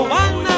one